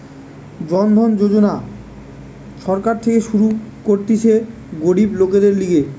জন ধন যোজনা সরকার থেকে শুরু করতিছে গরিব লোকদের লিগে